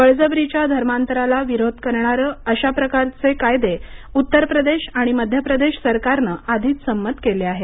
बळजबरीच्या धर्मांतराला विरोध करणारे अशा प्रकारचे कायदे उत्तर प्रदेश आणि मध्य प्रदेश सरकारनं आधीच संमत केले आहेत